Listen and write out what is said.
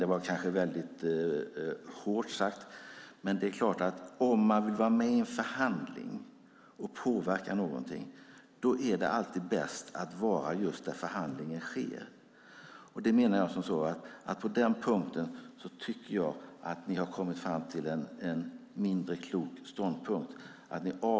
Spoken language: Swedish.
Det var kanske väl hårt sagt, men det är klart att om man vill vara med i en förhandling och påverka någonting, då är det alltid bäst att vara just där förhandlingen sker. På den punkten menar jag att ni har kommit fram till en mindre klok ståndpunkt.